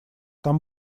там